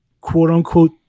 quote-unquote